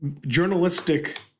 journalistic